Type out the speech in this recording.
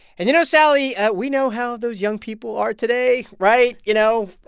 and you know, sally, we know how those young people are today, right? you know. oh,